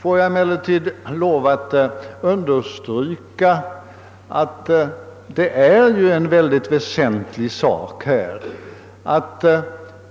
Får jag emellertid lov att understryka att det är något mycket väsentligt att